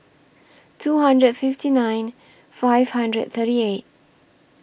two hundred and fifty nine five hundred and thirty eight